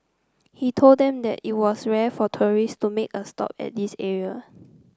he told them that it was rare for tourist to make a stop at this area